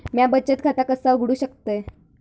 म्या बचत खाता कसा उघडू शकतय?